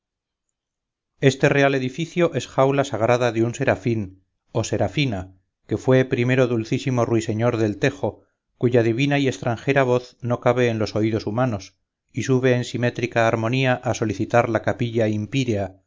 este real edificio es jaula sagrada de un serafín o serafina que fué primero dulcísimo ruiseñor del tejo cuya divina y extranjera voz no cabe en los oídos humanos y sube en simétrica armonía a solicitar la capilla impirea